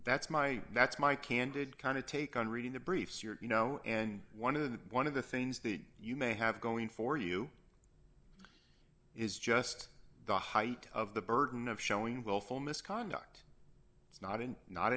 that's my that's my candid kind of take on reading the briefs your you know and one of the one of the things that you may have going for you is just the height of the burden of showing willful misconduct it's not in not